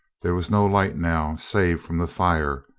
there was no light now, save from the fire.